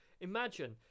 imagine